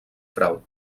frau